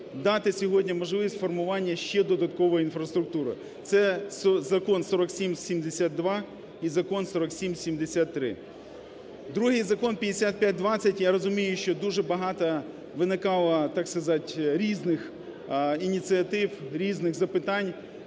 дати сьогодні можливість формування ще додаткової інфраструктури це закон 4772 і закон 4773. Другий закон 5520, я розумію, що дуже багато виникало, так сказать, різних ініціатив, різних запитань,